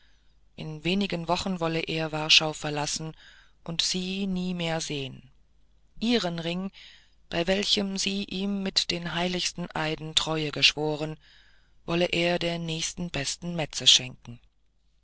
in wenigen wochen wolle er warschau verlassen und sie nie mehr sehen ihren ring bei welchem sie ihm mit den heiligsten eiden treue geschworen wolle er der nächsten besten metze schenken